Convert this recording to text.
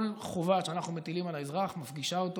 כל חובה שאנחנו מטילים על האזרח מפגישה אותו